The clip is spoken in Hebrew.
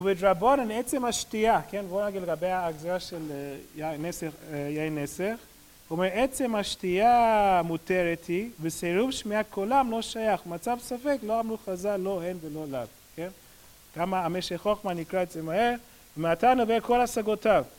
ובדרבורן עצם השתייה כן בואו נגיד לגבי ההגזרה של יין נסך, הוא אומר עצם השתייה מותרת היא, וסיירוב שמיעת קולם לא שייך. במצב ספק לא אמרו חז"ל לא הן ולא לאן. גם המשך חוכמה נקרא את זה מהר ומעתה נובע כל השגותיו